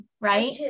right